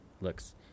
looks